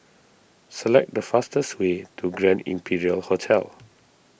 select the fastest way to Grand Imperial Hotel